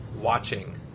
watching